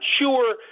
sure